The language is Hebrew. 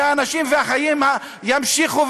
האנשים והחיים ימשיכו,